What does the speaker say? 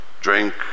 drink